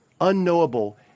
unknowable